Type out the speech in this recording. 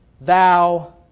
thou